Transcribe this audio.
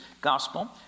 Gospel